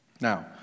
Now